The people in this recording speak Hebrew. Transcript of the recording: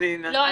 לא,